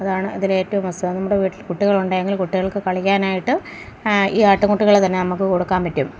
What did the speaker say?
അതാണ് ഇതിൽ ഏറ്റവും അസ നമ്മുടെ വീട്ടിൽ കുട്ടികൾ ഉണ്ടെങ്കിൽ കുട്ടികൾക്ക് കളിക്കാനായിട്ട് ഈ ആട്ടിൻ കുട്ടികളെ തന്നെ നമുക്ക് കൊടുക്കാൻ പറ്റും